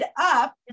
up